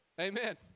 Amen